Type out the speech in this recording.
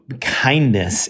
kindness